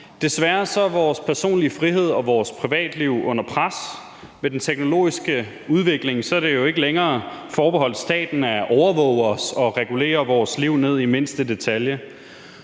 Desværre er vores personlige frihed og vores privatliv under pres. Med den teknologiske udvikling er det jo ikke længere forbeholdt staten at overvåge os og regulere vores liv ned i mindste detalje.